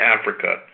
Africa